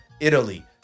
Italy